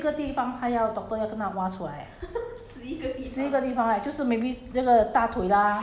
会 is 会会进你的皮肤所以她讲有十一个地方她要 doctor 要跟她挖出来 leh